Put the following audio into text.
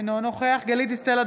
אינו נוכח גלית דיסטל אטבריאן,